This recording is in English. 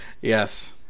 yes